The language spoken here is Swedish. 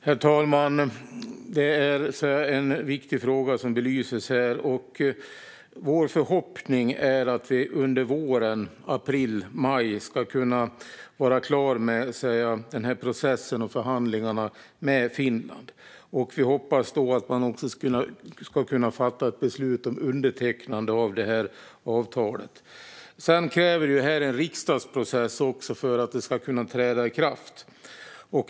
Herr talman! Det är en viktig fråga som belyses här. Vår förhoppning är att vi under våren, i april-maj, ska kunna vara klara med den här processen och förhandlingarna med Finland. Vi hoppas då att man också ska kunna fatta ett beslut om undertecknande av det här avtalet. Sedan kräver det här också en riksdagsprocess för att det ska kunna träda i kraft.